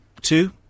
two